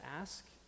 ask